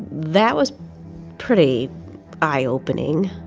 that was pretty eye-opening